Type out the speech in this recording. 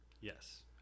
Yes